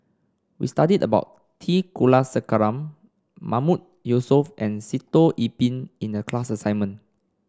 we studied about T Kulasekaram Mahmood Yusof and Sitoh Yih Pin in the class assignment